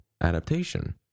adaptation